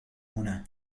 هنا